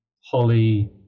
Holly